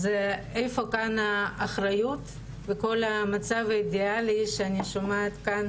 איפה כאן האחריות וכל המצב האידיאלי שאני שומעת כאן